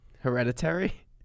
Hereditary